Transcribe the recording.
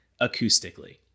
acoustically